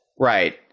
Right